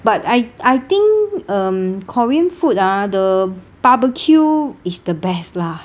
but I I think um korean food ah the barbecue is the best lah